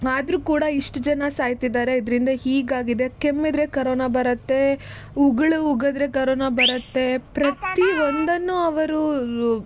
ಆದರೂ ಕೂಡ ಇಷ್ಟು ಜನ ಸಾಯ್ತಿದ್ದಾರೆ ಇದರಿಂದ ಹೀಗಾಗಿದೆ ಕೆಮ್ಮಿದರೆ ಕರೋನಾ ಬರುತ್ತೆ ಉಗುಳು ಉಗಿದ್ರೆ ಕರೋನಾ ಬರುತ್ತೆ ಪ್ರತಿಯೊಂದನ್ನು ಅವರು